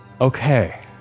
Okay